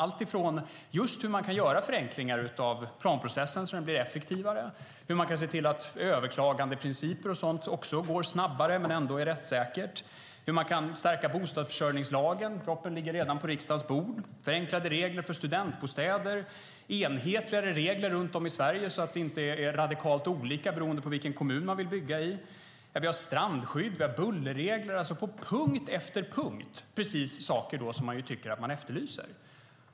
Det gäller hur man kan göra förenklingar av planprocessen så att den blir effektivare, hur man kan se till att överklagandeprinciper och sådant gör att det går snabbare men att det ändå är rättssäkert och hur man kan förstärka bostadsförsörjningslagen. En proposition ligger redan på riksdagens bord. Det handlar om förenklade regler för studentbostäder och enhetligare regler runt om i Sverige så att det inte är radikalt olika beroende på vilken kommun man vill bygga i. Vi har strandskydd och bullerregler. På punkt efter punkt är det precis de saker som efterlysts.